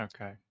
Okay